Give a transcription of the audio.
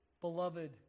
Beloved